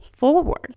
Forward